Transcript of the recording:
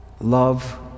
love